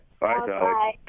Bye